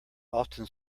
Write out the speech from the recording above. often